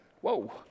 whoa